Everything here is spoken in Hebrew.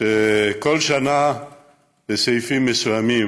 שבכל שנה בסעיפים מסוימים